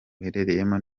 ruherereyemo